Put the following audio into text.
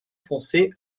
foncé